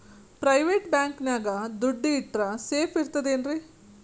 Private bank ನ್ಯಾಗ್ ದುಡ್ಡ ಇಟ್ರ ಸೇಫ್ ಇರ್ತದೇನ್ರಿ?